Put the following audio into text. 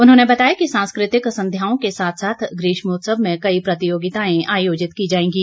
उन्होंने बताया कि सांस्कृतिक संध्याओं के साथ साथ ग्रीष्मोत्सव में कई प्रतियोगिताएं आयोजित की जाएंगी